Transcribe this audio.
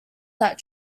that